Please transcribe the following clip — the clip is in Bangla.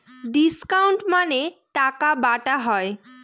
ডিসকাউন্ট মানে টাকা বাটা হয়